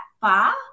far